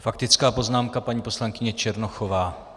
Faktická poznámka paní poslankyně Černochové.